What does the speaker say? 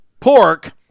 pork